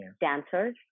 dancers